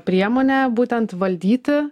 priemonė būtent valdyti